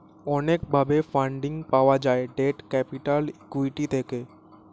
অনেক ভাবে ফান্ডিং পাওয়া যায় ডেট ক্যাপিটাল, ইক্যুইটি থেকে